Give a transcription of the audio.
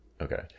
Okay